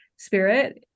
spirit